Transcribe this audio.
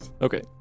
okay